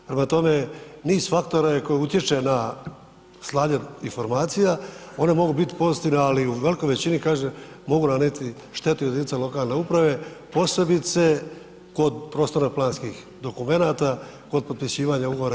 Prema tome, niz faktora je koji utječe na slanje informacija, one mogu biti pozitivne, ali u velikoj većini kažem, mogu nanijeti štetu jedinicama lokalne uprave, posebice kod prostora planskih dokumenata, kod potpisivanja ugovora i